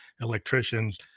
electricians